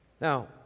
Now